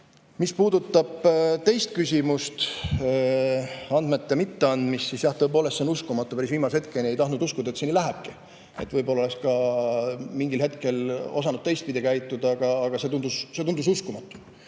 Mis puudutab teist küsimust, andmete mitteandmist, siis jah, tõepoolest, see on uskumatu. Päris viimase hetkeni ei tahtnud uskuda, et see nii lähebki. Võib-olla oleks mingil hetkel osanud teistpidi käituda, aga see tundus uskumatuna.